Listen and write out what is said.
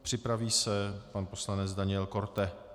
Připraví se pan poslanec Daniel Korte.